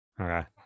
Okay